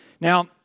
Now